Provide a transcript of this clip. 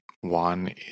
one